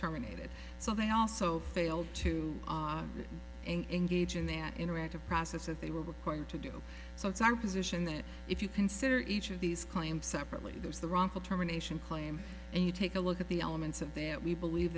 terminated so they also failed to engage in that interactive process that they were required to do so it's our position that if you consider each of these claims separately there's the wrongful termination claim and you take a look at the elements of that we believe